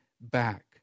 back